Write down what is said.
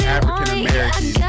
African-American